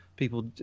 people